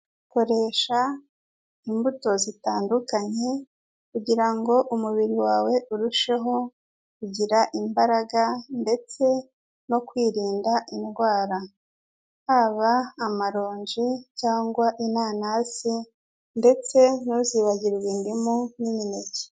Koresha imbuto zitandukanye kugirango umubiri wawe urusheho kugira imbaraga ndetse no kwirinda indwara, haba amaronji cyangwa inanasi ndetse ntuzibagirwe indimu n'imineke.